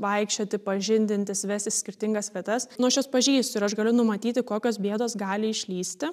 vaikščioti pažindintis vestis į skirtingas vietas nu aš juos pažįstu ir aš galiu numatyti kokios bėdos gali išlįsti